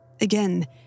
Again